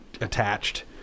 attached